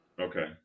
okay